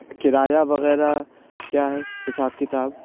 کرایہ وغیرہ کیا ہے حساب کتاب